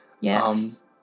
Yes